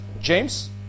james